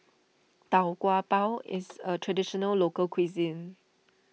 Tau Kwa Pau is a Traditional Local Cuisine